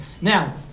Now